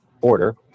order